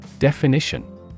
Definition